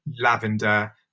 Lavender